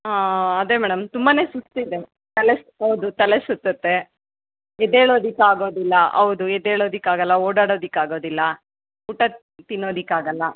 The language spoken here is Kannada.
ಹಾಂ ಅದೇ ಮೇಡಮ್ ತುಂಬಾ ಸುಸ್ತಿದೆ ತಲೆ ಹೌದು ತಲೆ ಸುತ್ತತ್ತೆ ಎದ್ದೇಳೋದಿಕ್ಕೆ ಆಗೋದಿಲ್ಲ ಹೌದು ಎದ್ದೇಳೋದಿಕ್ಕೆ ಆಗೊಲ್ಲ ಓಡಾಡೋದಿಕ್ಕೆ ಆಗೋದಿಲ್ಲ ಊಟ ತಿನ್ನೋದಕ್ಕೆ ಆಗಲ್ಲ